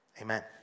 amen